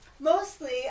mostly